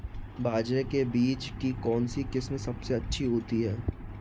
बाजरे के बीज की कौनसी किस्म सबसे अच्छी होती है?